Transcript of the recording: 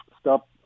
stop